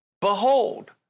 behold